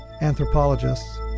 anthropologists